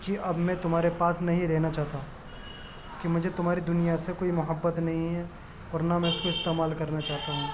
کہ اب میں اب تمہارے پاس نہیں رہنا چاہتا کہ مجھے تمہاری دنیا سے کوئی محبت نہیں ہے اور نہ میں اس کو استعمال کرنا چاہتا ہوں